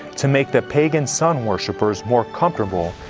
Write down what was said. to make the pagan sun worshippers more comfortable,